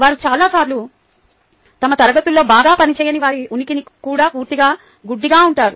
వారు చాలా సార్లు తమ తరగతుల్లో బాగా పని చేయనివారి ఉనికికి కూడా పూర్తిగా గుడ్డిగా ఉంటారు